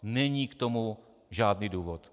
Není k tomu žádný důvod.